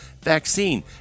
vaccine